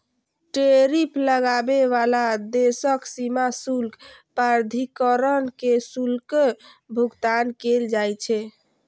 tariff लगाबै बला देशक सीमा शुल्क प्राधिकरण कें शुल्कक भुगतान कैल जाइ छै